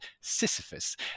Sisyphus